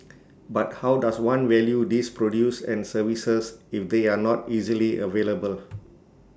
but how does one value these produce and services if they are not easily available